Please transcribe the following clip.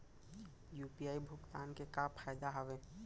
UPI भुगतान के का का फायदा हावे?